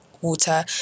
water